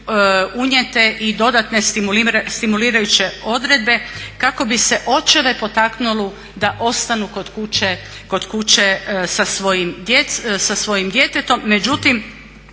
unijete i dodatne stimulirajuće odredbe kako bi se očeve potaknulo da ostanu kod kuće sa svojim djetetom.